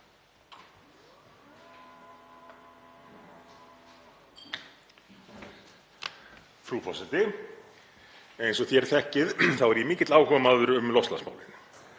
Frú forseti. Eins og þér þekkið þá er ég mikill áhugamaður um loftslagsmálin